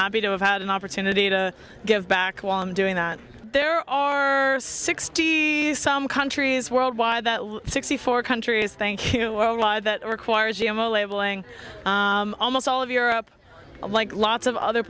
happy to have had an opportunity to give back while i'm doing that there are sixty some countries worldwide that sixty four countries thank you over law that requires g m o labeling almost all of europe like lots of other